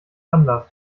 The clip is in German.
anders